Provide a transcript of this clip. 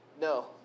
No